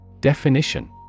Definition